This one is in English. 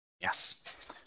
Yes